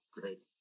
great